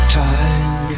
time